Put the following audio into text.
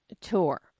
tour